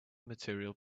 material